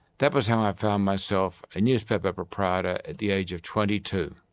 that was how i found myself a newspaper proprietor at the age of twenty two.